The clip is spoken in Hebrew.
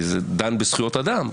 כי זה דן בזכויות אדם,